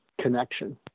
connection